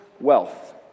wealth